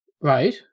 right